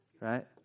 Right